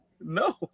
no